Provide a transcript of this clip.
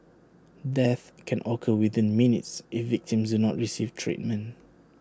death can occur within minutes if victims do not receive treatment